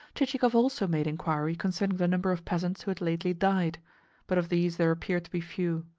chichikov also made inquiry concerning the number of peasants who had lately died but of these there appeared to be few.